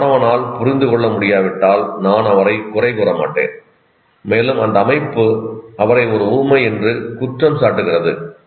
ஒரு மாணவனால் புரிந்து கொள்ள முடியாவிட்டால் நான் அவரைக் குறை கூற மாட்டேன் மேலும் அந்த அமைப்பு அவரை ஒரு ஊமை என்று குற்றம் சாட்டுகிறது